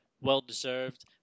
well-deserved